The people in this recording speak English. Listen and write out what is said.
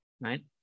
right